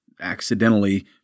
accidentally